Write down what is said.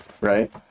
right